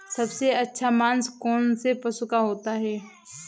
सबसे अच्छा मांस कौनसे पशु का होता है?